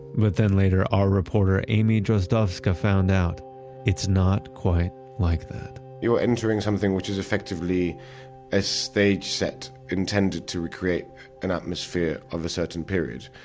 but then, our reporter amy drozdowska found out it's not quite like that you are entering something which is effectively a stage set intended to recreate an atmosphere of a certain period.